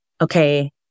Okay